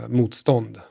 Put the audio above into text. motstånd